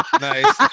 Nice